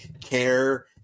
care